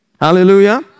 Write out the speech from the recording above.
Hallelujah